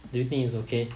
do you think it's okay